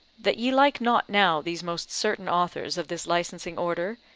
that ye like not now these most certain authors of this licensing order,